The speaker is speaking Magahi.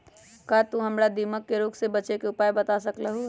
का तू हमरा दीमक के रोग से बचे के उपाय बता सकलु ह?